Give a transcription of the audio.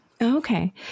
okay